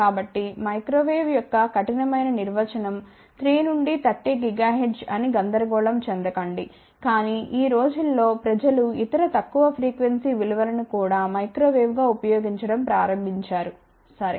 కాబట్టి microwave యొక్క కఠినమైన నిర్వచనం 3 నుండి 30 GHz అని గందరగోళం చెందకండి కానీ ఈ రోజుల్లో ప్రజలు ఇతర తక్కువ ఫ్రీక్వెన్సీ విలువలను కూడా మైక్రో వేవ్ గా ఉపయోగించడం ప్రారంభించారు సరే